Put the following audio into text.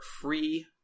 free